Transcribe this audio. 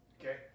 okay